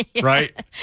right